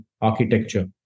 architecture